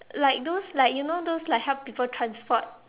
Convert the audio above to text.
like those like you know those like help people transport